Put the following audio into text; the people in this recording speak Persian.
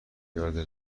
پیاده